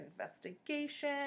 investigation